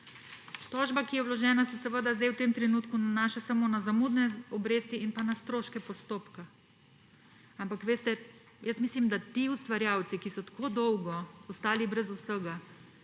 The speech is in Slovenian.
Tožba, ki je vložena, se v tem trenutku nanaša samo na zamudne obresti in na stroške postopka, ampak mislim, da ti ustvarjalci, ki so tako dolgo ostali brez vsega,